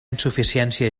insuficiència